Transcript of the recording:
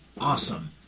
awesome